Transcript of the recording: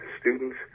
students